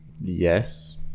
yes